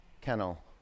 kennel